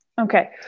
Okay